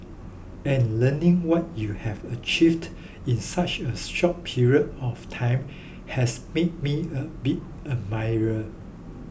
and learning what you have achieved in such a short period of time has made me a big admirer